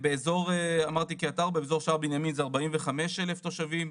באזור קריית ארבע ובאזור שער בנימין זה 45,000 תושבים.